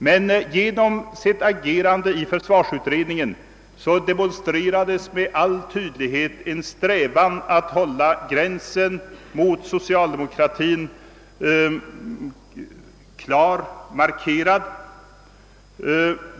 Men genom sitt agerande i försvarsutredningen demonstrerade de med all tydlighet sin strävan att hålla gränsen mot socialdemokratin klart markerad.